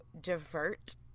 divert